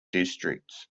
districts